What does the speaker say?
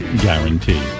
guarantee